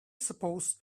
suppose